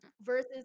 versus